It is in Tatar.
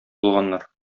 булганнар